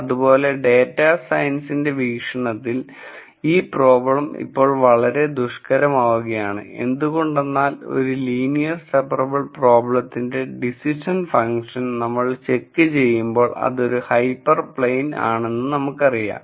അതുപോലെ ഡേറ്റ സയൻസിന്റെ വീക്ഷണത്തിൽ ഈ പ്രോബ്ലം ഇപ്പോൾ വളരെ ദുഷ്കരമാവുകയാണ് എന്തുകൊണ്ടെന്നാൽ ഒരു ലീനിയർ സെപ്പറബിൾ പ്രോബ്ലത്തിന്റെ ഡിസിസിഷൻ ഫങ്ക്ഷൻ നമ്മൾ ചെക്കുചെയ്യുമ്പോൾ അത് ഒരു ഹൈപെർ പ്ലെയിൻ ആണ് എന്ന് നമുക്കറിയാം